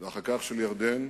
ואחר כך של ירדן,